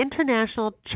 international